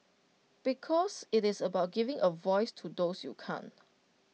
because IT is about giving A voice to those you can't